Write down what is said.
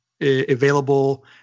available